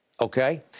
Okay